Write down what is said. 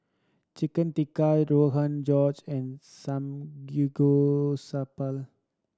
Chicken Tikka Rogan Josh and Samgeyopsal